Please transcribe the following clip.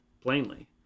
plainly